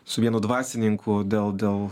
su vienu dvasininku dėl